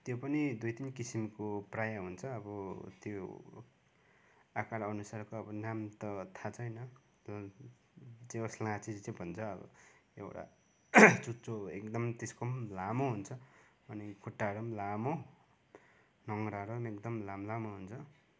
त्यो पनि दुई तिन किसिमको प्रायः हुन्छ अब त्यो आकारअनुसारको अब नाम त थाहा छैन तर त्यस लाहाँचेले चाहिँ भन्छ अब एउटा चुच्चो एकदम त्यसको पनि लामो हुन्छ अनि खुट्टाहरू पनि लामो नङ्ग्राहरू एकदम लामो लामो हुन्छ